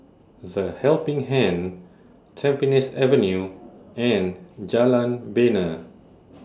The Helping Hand Tampines Avenue and Jalan Bena